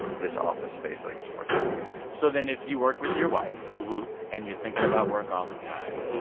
this office space that i get to work in so then if you work with your wife and you're thinking about work all the time,